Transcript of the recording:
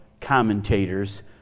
commentators